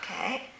Okay